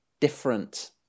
different